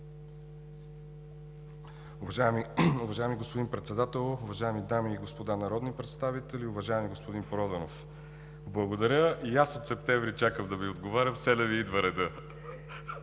Уважаеми господин Председател, уважаеми дами и господа народни представители! Уважаеми господин Проданов, благодаря. И аз от септември чакам да Ви отговарям, но все не ми идва редът,